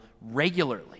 regularly